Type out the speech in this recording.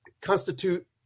constitute